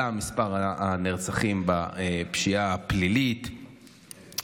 עלה מספר הנרצחים בפשיעה הפלילית,